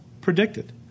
predicted